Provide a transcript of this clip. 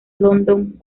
london